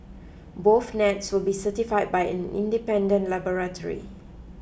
both nets will be certify by an independent laboratory